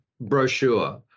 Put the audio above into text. brochure